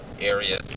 area